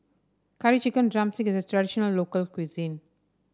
Curry Chicken drumstick is a traditional local cuisine